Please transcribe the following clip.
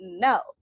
no